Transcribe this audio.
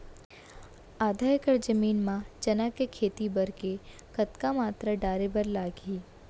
आधा एकड़ जमीन मा चना के खेती बर के कतका मात्रा डाले बर लागही?